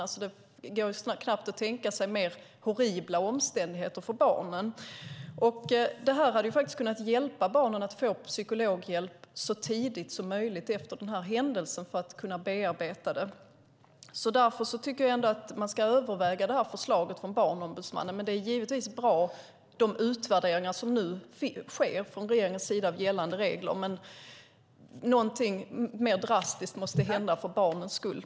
Det går knappt att tänka sig mer horribla omständigheter för barnen. Detta hade kunnat hjälpa barnen att få psykologhjälp så tidigt som möjligt efter händelsen för att kunna bearbeta den. Därför tycker jag att man ska överväga förslaget från Barnombudsmannen. De utvärderingar som nu sker från regeringens sida om gällande regler är givetvis bra, men någonting mer drastiskt måste hända för barnens skull.